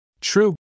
True